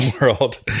world